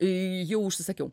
jau užsisakiau